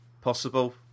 Possible